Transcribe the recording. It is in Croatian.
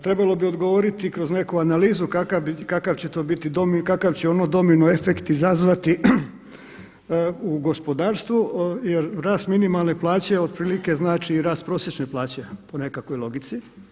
Trebalo bi odgovoriti kroz neku analizu kakav će ono domino efekt izazvati u gospodarstvu jer rast minimalne plaće otprilike znači i rast prosječne plaće po nekakvoj logici.